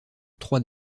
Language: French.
trois